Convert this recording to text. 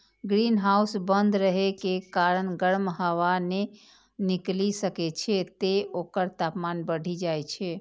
greenhouse बंद रहै के कारण गर्म हवा नै निकलि सकै छै, तें ओकर तापमान बढ़ि जाइ छै